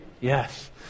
Yes